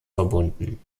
verbunden